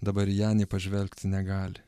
dabar į ją nė pažvelgti negali